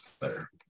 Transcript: better